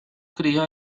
cría